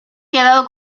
quedado